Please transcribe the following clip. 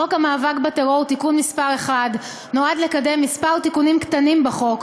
חוק המאבק בטרור (תיקון מס' 1) נועד לקדם כמה תיקונים קטנים בחוק,